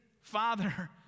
father